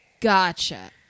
Gotcha